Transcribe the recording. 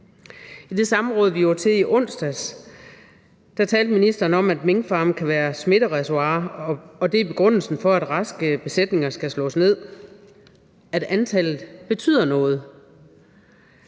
I det samråd, vi var til i onsdags, talte ministeren om, at minkfarme kan være smittereservoirer, og at det er begrundelsen for, at raske besætninger skal slås ned, at antallet betyder noget.